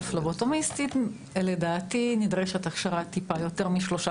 על פלבוטומיסטים לדעתי נדרשת הכשרה של טיפה יותר משלושה